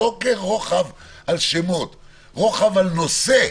לא כרוחב על שמות אלא רוחב על נושא.